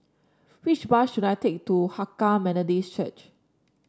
which bus should I take to Hakka Methodist Church